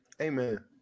amen